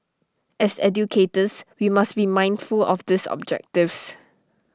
as educators we must be mindful of these objectives